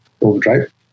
overdrive